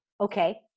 okay